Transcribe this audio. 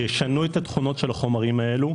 שישנו את התכונות של החומרים האלה,